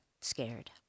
scared